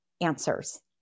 answers